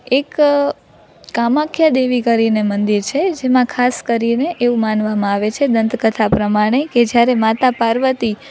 એક કામાખ્યા દેવી કરીને મંદિર છે જેમાં ખાસ કરીને એવું માનવામાં આવે છે દંતકથા પ્રમાણે કે જ્યારે માતા પાર્વતી